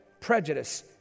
prejudice